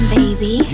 baby